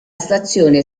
stazione